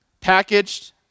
Packaged